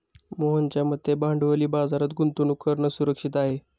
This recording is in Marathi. मोहनच्या मते भांडवली बाजारात गुंतवणूक करणं सुरक्षित आहे